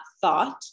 thought